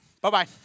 Bye-bye